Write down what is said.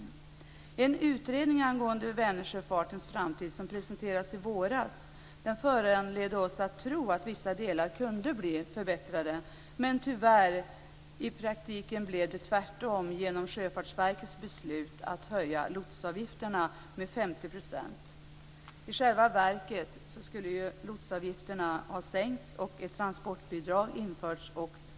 En utredning angående Vänersjöfartens framtid som presenterades i våras föranledde oss att tro att vissa delar kunde bli förbättrade, men tyvärr blev det i praktiken tvärtom på grund av Sjöfartsverkets beslut att höja lotsavgifterna med 50 %. I själva verket skulle lotsavgifterna ha sänkts och ett transportbidrag införts.